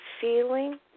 feeling